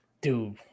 Dude